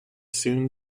soon